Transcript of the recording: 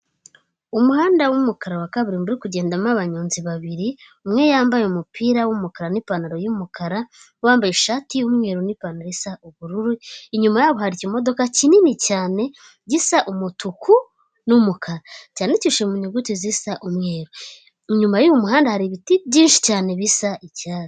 Umuhanda w'umukara wa kaburimbo uri kugendamo abanyonzi babiri, umwe yambaye umupira w'umukara n'ipantaro y'umukara, wambaye ishati y'umweru n'ipantaro isa ubururu, inyuma yabo hari ikimodoka kinini cyane gisa umutuku n'umukara, cyandikishijwe mu nyuguti zisa umweru. Inyuma y'umuhanda hari ibiti byinshi cyane bisa icyatsi.